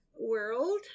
world